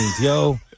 yo